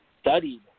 studied